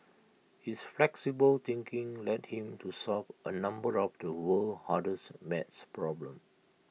his flexible thinking led him to solve A number of the world's hardest math problems